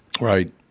Right